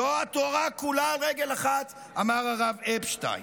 זו התורה כולה על רגל אחת", אמר הרב אפשטיין.